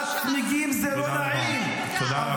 הבערת צמיגים זה לא נעים -- תודה רבה.